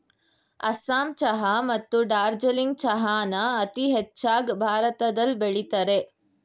ಅಸ್ಸಾಂ ಚಹಾ ಮತ್ತು ಡಾರ್ಜಿಲಿಂಗ್ ಚಹಾನ ಅತೀ ಹೆಚ್ಚಾಗ್ ಭಾರತದಲ್ ಬೆಳಿತರೆ